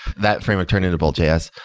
that framework turned into boltjs.